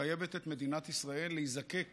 מחייבת את מדינת ישראל להיזקק